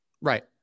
Right